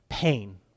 Pain